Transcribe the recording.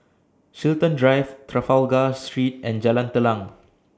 Chiltern Drive Trafalgar Street and Jalan Telang